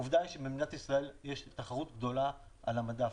עובדה היא שבמדינת ישראל יש תחרות גדולה על המדף.